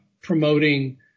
promoting